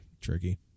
Tricky